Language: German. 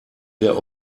der